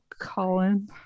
Colin